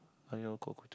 I only know coco